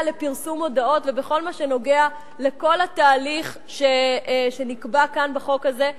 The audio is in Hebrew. לפרסום מודעות ובכל מה שנוגע לכל התהליך שנקבע כאן בחוק הזה.